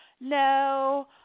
No